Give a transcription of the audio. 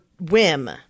whim